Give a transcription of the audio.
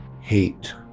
hate